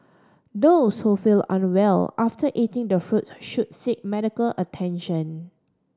those who feel unwell after eating the fruits should seek medical attention